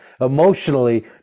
Emotionally